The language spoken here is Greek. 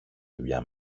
δουλειά